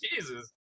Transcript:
Jesus